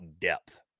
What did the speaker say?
depth